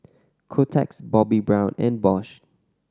Kotex Bobbi Brown and Bosch